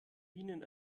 minen